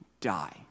die